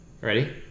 Ready